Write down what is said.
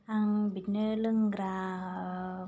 आं बिदिनो लोंग्रा